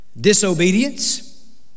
disobedience